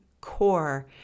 core